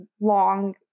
long